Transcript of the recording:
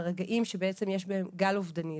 ברגעים שבעצם יש בהם גל אובדני,